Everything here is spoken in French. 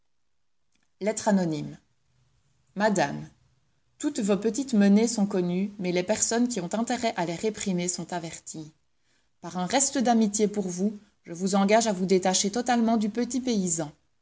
lettre anonyme madame toutes vos petites menées sont connues mais les personnes qui ont intérêt à les réprimer sont averties par un reste d'amitié pour vous je vous engage à vous détacher totalement du petit paysan